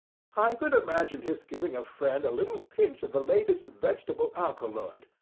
i could imagine his giving a friend a little pinch of the latest vegetable alkaloid,